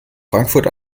frankfurt